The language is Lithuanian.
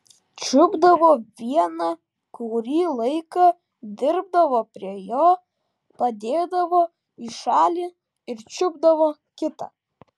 čiupdavo vieną kurį laiką dirbdavo prie jo padėdavo į šalį ir čiupdavo kitą